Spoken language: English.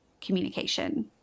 communication